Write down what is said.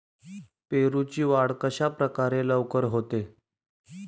पेरूची वाढ कशाप्रकारे लवकर होते?